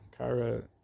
Kyra